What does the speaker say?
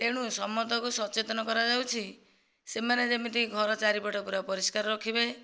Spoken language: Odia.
ତେଣୁ ସମସ୍ତଙ୍କୁ ସଚେତନ କରାଯାଉଛି ସେମାନେ ଯେମିତି ଘର ଚାରିପଟ ପୁରା ପରିସ୍କାର ରଖିବେ